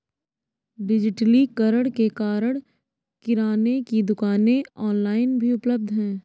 डिजिटलीकरण के कारण किराने की दुकानें ऑनलाइन भी उपलब्ध है